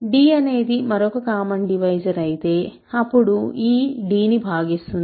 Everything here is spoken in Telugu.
d అనేది మరొక కామన్ డివైజర్ అయితే అప్పుడు e d ను భాగిస్తుంది